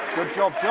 good job, john.